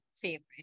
favorite